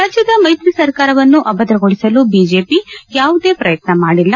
ರಾಜ್ಯದ ಮೈತ್ರಿ ಸರ್ಕಾರವನ್ನು ಅಭದ್ರಗೊಳಿಸಲು ಬಿಜೆಪಿ ಯಾವುದೇ ಪ್ರಯತ್ನ ಮಾಡಿಲ್ಲ